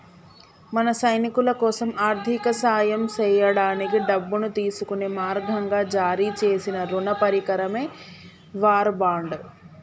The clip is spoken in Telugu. మన సైనికులకోసం ఆర్థిక సాయం సేయడానికి డబ్బును తీసుకునే మార్గంగా జారీ సేసిన రుణ పరికరమే వార్ బాండ్